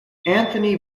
anthony